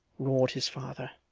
roared his father.